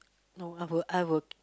no I will I will